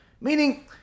Meaning